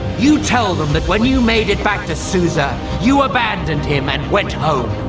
you tell them that when you made it back to susa, you abandoned him and went home,